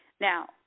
now